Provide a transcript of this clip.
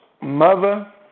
Mother